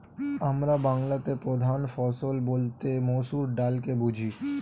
আমরা বাংলাতে প্রধান ফসল বলতে মসুর ডালকে বুঝি